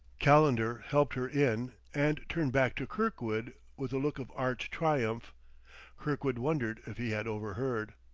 calendar helped her in and turned back to kirkwood with a look of arch triumph kirkwood wondered if he had overheard.